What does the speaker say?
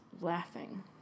laughing